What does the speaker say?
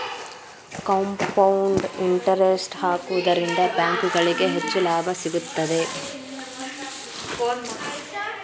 compound interest ಹಾಕುವುದರಿಂದ ಬ್ಯಾಂಕುಗಳಿಗೆ ಹೆಚ್ಚು ಲಾಭ ಸಿಗುತ್ತದೆ